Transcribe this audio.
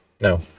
No